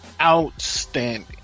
outstanding